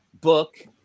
book